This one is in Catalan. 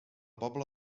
pobla